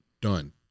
done